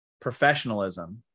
professionalism